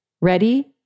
Ready